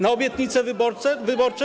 Na obietnice wyborcze?